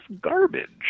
garbage